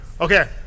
Okay